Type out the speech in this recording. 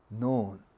known